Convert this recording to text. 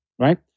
right